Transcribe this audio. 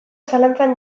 zalantzan